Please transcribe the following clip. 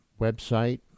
website